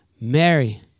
Mary